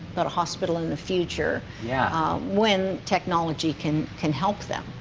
that a hospital in the future, yeah ah when technology can can help them.